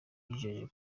yagejeje